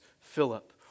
Philip